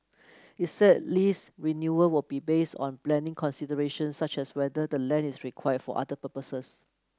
it said lease renewal will be based on planning considerations such as whether the land is required for other purposes